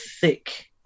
thick